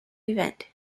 event